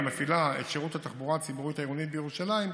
המפעילה את שירות התחבורה הציבורית העירונית בירושלים,